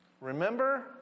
Remember